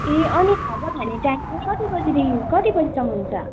ए अनि खाजा खाने टाइम चाहिँ कति बजीदेखि कति बजीसम्म हुन्छ